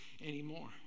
anymore